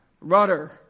Rudder